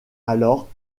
alors